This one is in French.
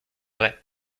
vrai